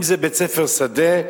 אם זה בית-ספר שדה,